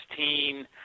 16